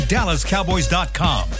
DallasCowboys.com